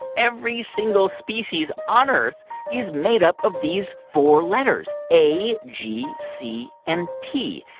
every single species on earth is made up of these four letters a, g, c and t.